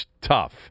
Tough